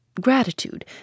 Gratitude